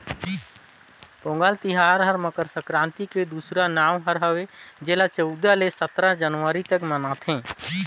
पोगंल तिहार हर मकर संकरांति के दूसरा नांव हर हवे जेला चउदा ले सतरा जनवरी तक मनाथें